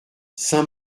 saint